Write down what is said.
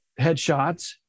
headshots